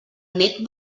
nét